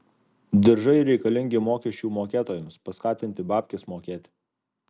diržai reikalingi mokesčių mokėtojams paskatinti babkes mokėti